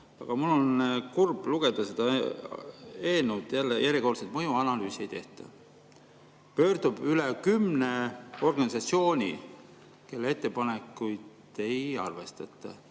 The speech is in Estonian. Aga mul on kurb seda eelnõu lugeda. Järjekordselt mõjuanalüüsi ei tehtud. Pöördub üle kümne organisatsiooni, kelle ettepanekuid ei arvestata.